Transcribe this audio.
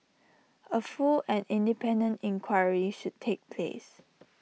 A full and independent inquiry should take place